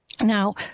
Now